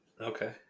Okay